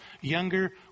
younger